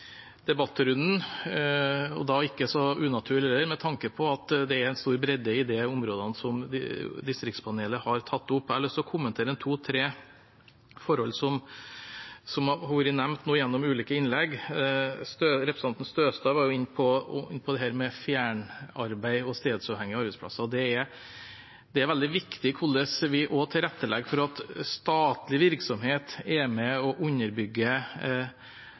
de områdene som distriktspanelet har tatt opp. Jeg har lyst til å kommentere en to–tre forhold som har vært nevnt gjennom ulike innlegg. Representanten Støstad var inne på dette med fjernarbeid og stedsuavhengige arbeidsplasser. Det er veldig viktig hvorledes vi tilrettelegger for at statlig virksomhet er med og underbygger arbeidsmarkedet rundt omkring i hele landet og sikrer at det er mulig å